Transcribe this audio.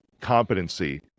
competency